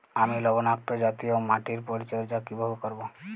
আমি লবণাক্ত জাতীয় মাটির পরিচর্যা কিভাবে করব?